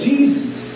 Jesus